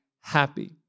happy